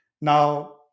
Now